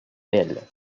belle